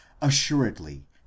assuredly